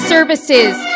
Services